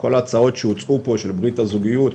כל ההצעות שהוצעו פה של ברית הזוגיות,